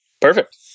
Perfect